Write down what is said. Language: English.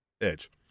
Edge